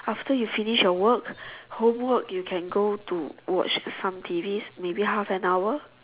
after you finish your work homework you can go to watch some T Vs maybe half an hour